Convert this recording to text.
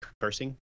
cursing